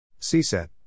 CSET